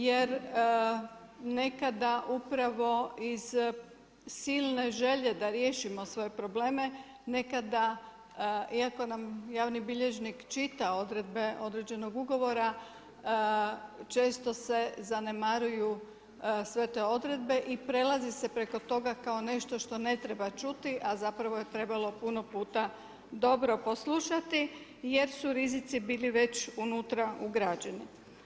Jer nekada upravo iz silne želje da riješimo svoje probleme nekada iako nam javni bilježnik čita odredbe određenog ugovora često se zanemaruju sve te odredbe i prelazi se preko toga kao nešto što ne treba čuti, a zapravo je trebalo puno puta dobro poslušati jer su rizici bili već unutra ugrađeni.